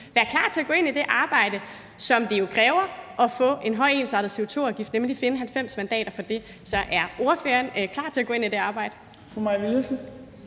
være klar til at gå ind i det arbejde, som det kræver at få en høj ensartet CO2-afgift, nemlig at finde 90 mandater for det? Er ordføreren klar til at gå ind i det arbejde? Kl. 15:41 Fjerde